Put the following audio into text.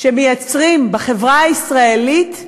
שמייצרים בחברה הישראלית.